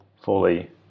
fully